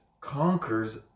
conquers